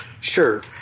Sure